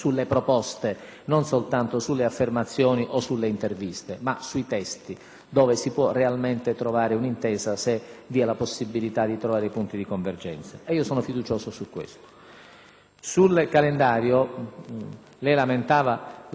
non soltanto sulle affermazioni o sulle interviste, ma sui testi, dove si può realmente trovare un'intesa se vi è la possibilità di trovare punti di convergenza; e io sono fiducioso a questo riguardo. Sul calendario dei lavori lei